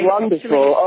Wonderful